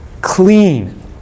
clean